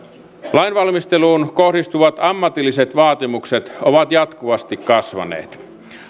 lainvalmisteluun kohdistuvat ammatilliset vaatimukset ovat jatkuvasti kasvaneet